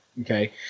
okay